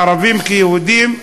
ערבים כיהודים,